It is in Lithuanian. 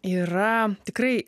yra tikrai